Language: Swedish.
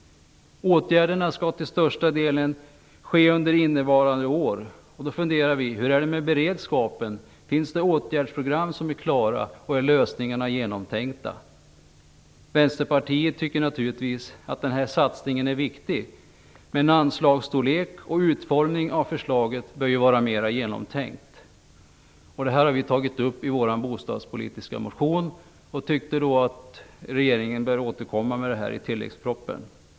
Åtgärderna skall till största delen genomföras under innevarande år. Hur är det med beredskapen? Finns det åtgärdsprogram som är klara, och är lösningarna genomtänkta? Vänsterpartiet tycker naturligtvis att den här satsningen är viktig. Men anslagsstorlek och utformning av förslaget bör vara mer genomtänkt. Detta har vi tagit upp i vår bostadspolitiska motion. Vi anser att regeringen bör återkomma med förslag i tilläggspropositionen.